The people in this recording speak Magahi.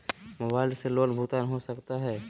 मोबाइल से लोन भुगतान हो सकता है?